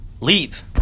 leave